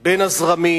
בין הזרמים,